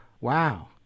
wow